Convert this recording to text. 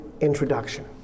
introduction